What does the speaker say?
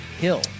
Hill